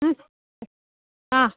ಹ್ಞೂ ಹಾಂ